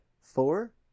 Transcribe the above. Four